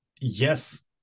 yes